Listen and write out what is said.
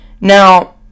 Now